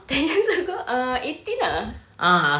ten years ago err eighteen ah